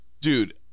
Dude